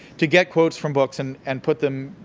to get quotes from books and and put them,